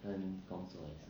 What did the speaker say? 跟工作也是